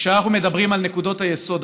שכשאנחנו מדברים על נקודות היסוד,